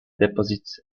deposits